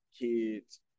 kids